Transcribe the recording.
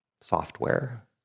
software